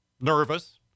nervous